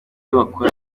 bakora